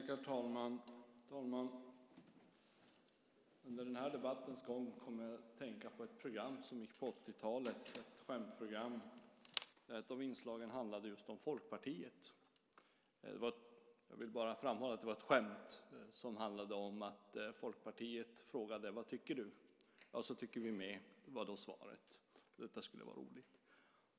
Herr talman! Under den här debattens gång kom jag att tänka på ett program som gick på 80-talet. Det var ett skämtprogram där ett av inslagen just handlade om Folkpartiet. Jag vill framhålla att det var ett skämt som handlade om att Folkpartiet frågade: Vad tycker du? Så tycker vi med, var då svaret. Detta skulle vara roligt.